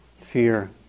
fear